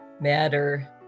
matter